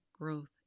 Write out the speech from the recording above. growth